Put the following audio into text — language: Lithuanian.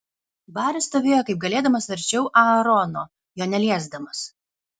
baris stovėjo kaip galėdamas arčiau aarono jo neliesdamas